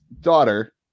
daughter